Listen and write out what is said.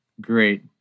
Great